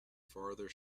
farther